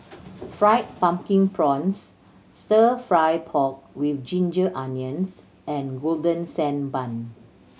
Fried Pumpkin Prawns Stir Fry pork with ginger onions and Golden Sand Bun